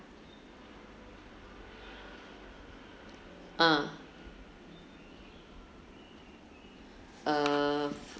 ah err